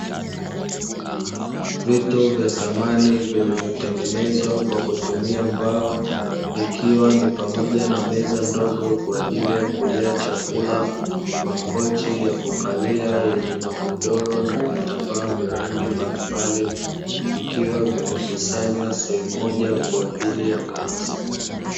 Vito vya samani vilivyotengenezwa kwa kutumia mbao ikiwa ni pamoja na meza ndogo kwa ajili ya kulia chakula, makochi ya kukalia yenye magodoro na vitambaa vya rangi mbalimbali, vikiwa vimekusanywa sehemu moja kwa ajili ya mauzo.